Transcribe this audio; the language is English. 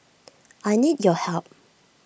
I need your help